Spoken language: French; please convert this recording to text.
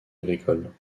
agricoles